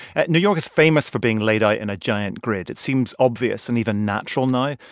new york is famous for being laid out in a giant grid. it seems obvious and even natural now.